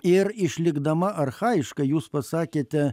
ir išlikdama archajiška jūs pasakėte